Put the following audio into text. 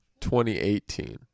2018